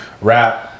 rap